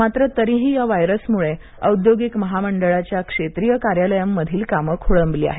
मात्र तरीही या व्हायरसमुळे औद्योगिक महामंडळाच्या क्षेत्रीय कार्यालयांमधील काम खोळंबली आहेत